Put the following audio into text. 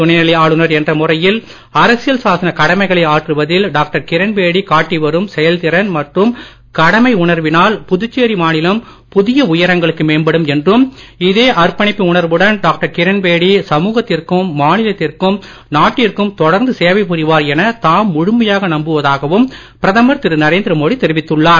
துணை நிலை ஆளுநர் என்ற முறையில் அரசியல் சாசன கடமைகளை ஆற்றுவதில் டாக்டர் கிரண்பேடி காட்டி வரும் செயல்திறன் மற்றும் கடமை உணர்வினால் புதுச்சேரி மாநிலம் புதிய உயரங்களுக்கு மேம்படும் என்றும் இதே அர்ப்பணிப்பு உணர்வுடன் டாக்டர் கிரண்பேடி சமூகத்திற்கும் மாநிலத்திற்கும் நாட்டிற்கும் தொடர்ந்து சேவை புரிவார் என தாம் முழுமையாக நம்புவதாகவும் பிரதமர் திரு நரேந்திர மோடி தெரிவித்துள்ளார்